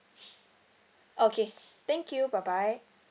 okay thank you bye bye